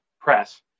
press